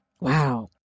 Wow